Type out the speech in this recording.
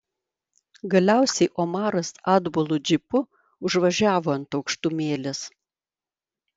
galiausiai omaras atbulu džipu užvažiavo ant aukštumėlės